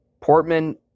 Portman